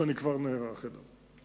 שאני כבר נערך אליו.